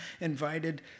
invited